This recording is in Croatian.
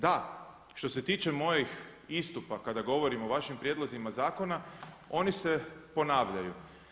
Da što se tiče mojih istupa kada govorimo o vašim prijedlozima zakona oni se ponavljaju.